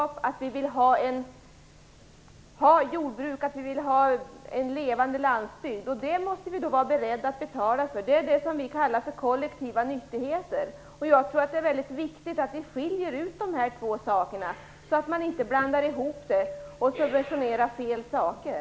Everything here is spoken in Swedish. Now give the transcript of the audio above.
Det gäller att vi vill ha ett jordbruk och en levande landsbygd. Det här måste vi då vara beredda att betala för. Detta kallar vi för kollektiva nyttigheter. Jag tror att det är viktigt att vi skiljer mellan dessa två saker, så att man inte blandar ihop dem och subventionerar fel saker.